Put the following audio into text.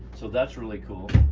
so that's really cool.